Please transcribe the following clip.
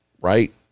right